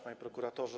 Panie Prokuratorze!